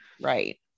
Right